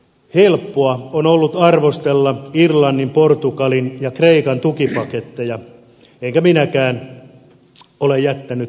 helppoa on ollut arvostella irlannin portugalin ja kreikan tukipakettaja enkä minäkään ole jättänyt sitä tekemättä